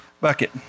bucket